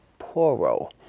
Poro